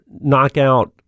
knockout